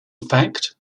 fact